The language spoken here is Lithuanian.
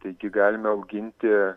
taigi galime auginti